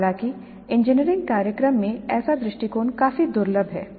हालांकि इंजीनियरिंग कार्यक्रम में ऐसा दृष्टिकोण काफी दुर्लभ है